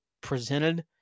presented